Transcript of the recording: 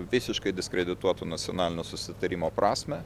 visiškai diskredituotų nacionalinio susitarimo prasmę